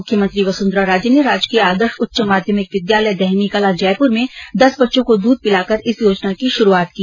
मुख्यमंत्री वसुन्धरा राजे ने राजकीय आदर्श उच्च माध्यमिक विद्यालय दहमींकला जयपूर में दस बच्चों को दूध पिलाकर इस योजना की शुरूआत की